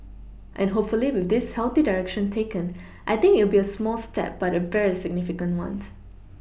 and hopefully with this healthy direction taken I think it'll be a small step but a very significant one